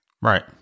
Right